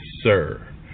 sir